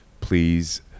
please